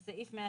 בסעיף 173: